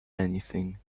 anything